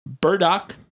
burdock